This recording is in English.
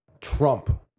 Trump